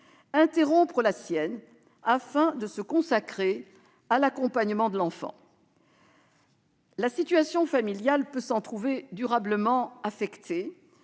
interrompre la sienne afin de se consacrer à l'accompagnement de l'enfant. La situation familiale peut s'en trouver durablement affectée,